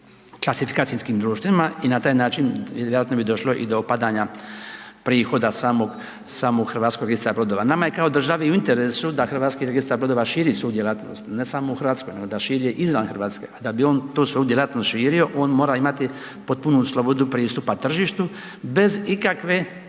klasifikacijskim društvima i na taj način vjerojatno bi došlo i do padanja prihoda samog HRB-a. Na nama je kao državi u interesu da HRB širi svoju djelatnost, ne samo u Hrvatskoj nego da širi izvan Hrvatske da bi on tu svoju djelatnost širio, on mora imati potpunu slobodu pristupa tržištu bez ikakve